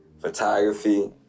photography